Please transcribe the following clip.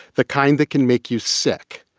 the kind that can make you sick.